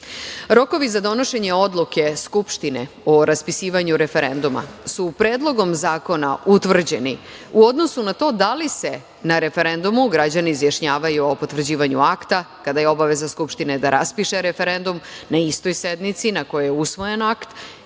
za donošenje odluke Skupštine o raspisivanju referenduma su Predlogom zakona utvrđene u odnosu na to da li se na referendumu građani izjašnjavaju o potvrđivanju akta, kada je obaveza Skupštine da raspiše referendum na istoj sednici na kojoj je usvojen akt,